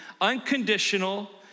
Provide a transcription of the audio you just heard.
unconditional